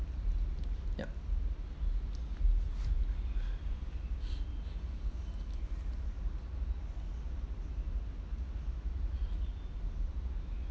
yup